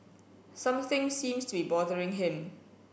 something seems to be bothering him